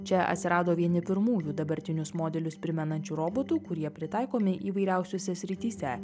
čia atsirado vieni pirmųjų dabartinius modelius primenančių robotų kurie pritaikomi įvairiausiose srityse